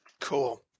Cool